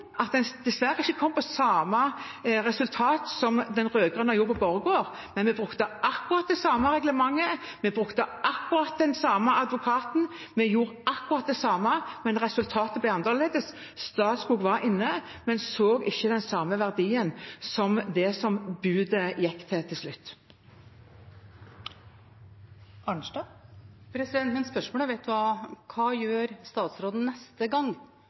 at en dessverre ikke kom til samme resultat som den rød-grønne regjeringen gjorde med Borregaard. Vi brukte akkurat det samme reglementet, vi brukte akkurat den samme advokaten, vi gjorde akkurat det samme, men resultatet ble annerledes. Statskog var inne, men så ikke den samme verdien som dem som budet gikk til til slutt. Men spørsmålet mitt var: Hva gjør statsråden neste gang